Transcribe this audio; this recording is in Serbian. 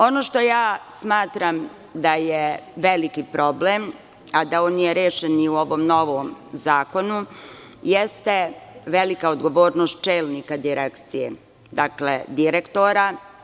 Ono što smatram da je veliki problem, a da on nije rešen ni u ovom novom zakonu, jeste velika odgovornost čelnika Direkcije, dakle direktora.